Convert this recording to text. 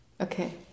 Okay